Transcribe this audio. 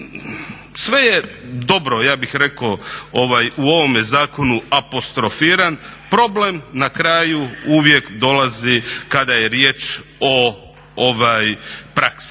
Sve je dobro ja bih rekao u ovome zakonu apostrofiran, problem na kraju uvijek dolazi kada je riječ o praksi.